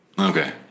Okay